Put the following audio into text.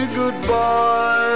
goodbye